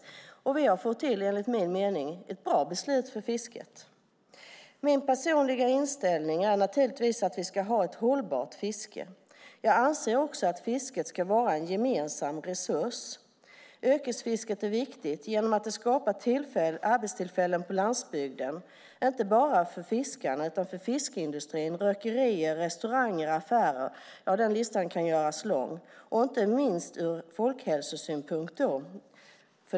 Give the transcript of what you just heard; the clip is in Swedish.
Enligt min mening har vi fått till ett för fisket bra beslut. Min personliga inställning är naturligtvis att vi ska ha ett hållbart fiske. Jag anser också att fisket ska vara en gemensam resurs. Yrkesfisket är viktigt genom att det skapar arbetstillfällen på landsbygden inte bara för fiskarna utan också för fiskeindustrin, rökerier, restauranger, affärer - ja, listan kan göras lång. Inte minst från folkhälsosynpunkt är yrkesfisket viktigt.